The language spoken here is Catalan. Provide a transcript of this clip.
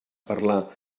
parlar